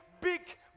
big